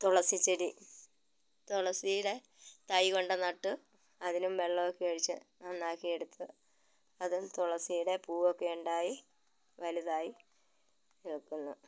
തുളസിച്ചെടി തുളസിയുടെ തൈ കൊണ്ട് നട്ട് അതിനും വെള്ളമൊക്കെ ഒഴിച്ച് നന്നാക്കിയെടുത്ത് അതും തുളസിയുടെ പൂവൊക്കെ ഉണ്ടായി വലുതായി നിൽക്കുന്നു